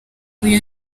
uyu